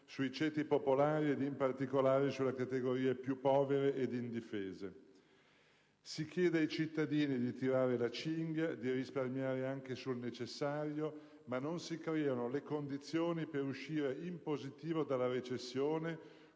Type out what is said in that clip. sui ceti popolari e, in particolare, sulle categorie più povere ed indifese. Si chiede ai cittadini di tirare la cinghia, di risparmiare anche sul necessario, ma non si creano le condizioni per uscire in positivo dalla recessione